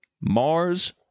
Mars